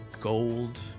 gold